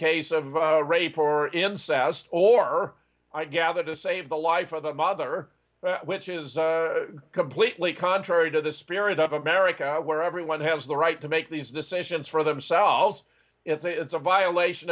case of rape or incest or i gather to save the life of a mother which is completely contrary to the spirit of america where everyone has the right to make these decisions for themselves if they it's a violation